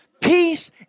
Peace